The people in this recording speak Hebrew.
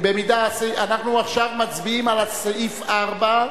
אנחנו עכשיו מצביעים על סעיף 4,